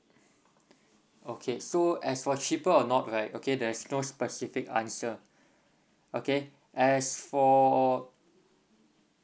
okay so as for cheaper or not right okay there's no specific answer okay as for